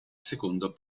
secondo